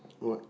what